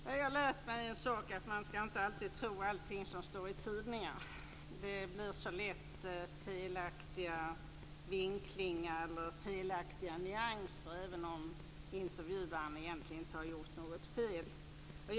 Herr talman! Jag har lärt mig att man inte alltid skall tro allting som står i tidningarna. Det blir så lätt felaktiga vinklingar eller felaktiga nyanser, även om intervjuaren egentligen inte har gjort något fel.